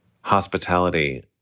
Hospitality